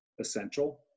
essential